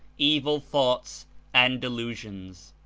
evil thoughts and delusions.